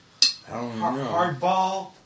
Hardball